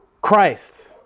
Christ